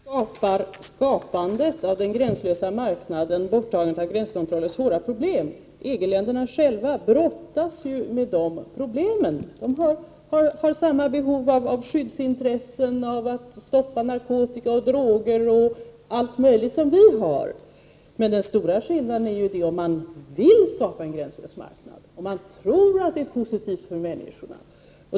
Fru talman! Visst innebär skapandet av den gränslösa marknaden, borttagandet av gränskontroller, svåra problem. EG-länderna själva brottas ju med sådana problem. De har samma skyddsintressen och de har samma behov av att bl.a. stoppa narkotika och droger som vi har. Den stora skillnaden gäller om man vill skapa en gränslös marknad eller inte och om man tror att det är positivt för människorna.